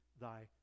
thy